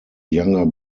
younger